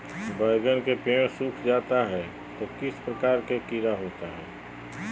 बैगन के पेड़ सूख जाता है तो किस प्रकार के कीड़ा होता है?